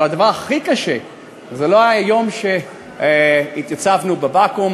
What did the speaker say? אבל הדבר הכי קשה זה לא היום שהתייצבנו בבקו"ם,